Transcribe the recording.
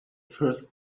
first